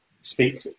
speak